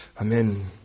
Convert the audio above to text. Amen